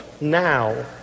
now